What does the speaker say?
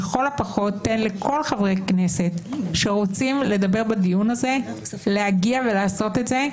לכל הפחות תן לכל חברי הכנסת שרוצים לדבר בדיון הזה להגיע ולעשות את זה.